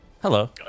Hello